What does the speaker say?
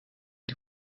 die